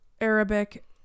Arabic